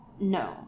No